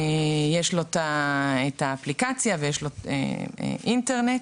ויש לו אפליקציה ואינטרנט.